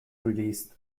released